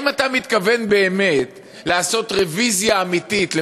האם אתה מתכוון באמת לעשות רוויזיה אמיתית,